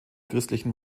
christlichen